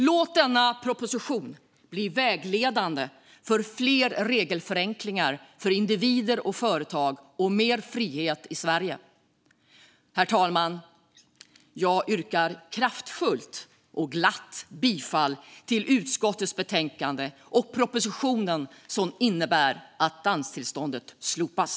Låt denna proposition bli vägledande för fler regelförenklingar för individer och företag och mer frihet i Sverige. Herr talman! Jag yrkar kraftfullt och glatt bifall till utskottets förslag i betänkandet och propositionen som innebär att danstillståndet slopas.